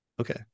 Okay